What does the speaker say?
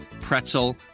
pretzel